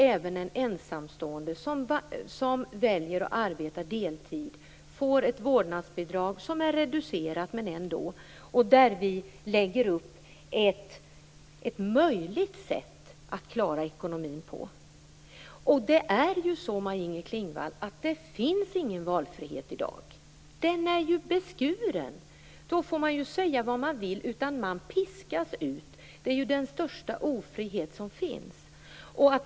Även en ensamstående som väljer att arbeta deltid får ett vårdnadsbidrag, som är reducerat. Där lägger vi upp ett sätt som gör det möjligt att klara ekonomin. Det finns ingen valfrihet i dag. Den är ju beskuren. Då får man säga vad man vill, men föräldrar piskas ut. Det är den största ofrihet som finns.